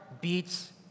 beats